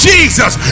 Jesus